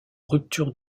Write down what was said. rupture